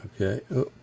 okay